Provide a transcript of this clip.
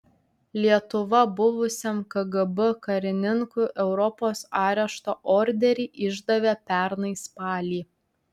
lietuva buvusiam kgb karininkui europos arešto orderį išdavė pernai spalį